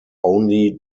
only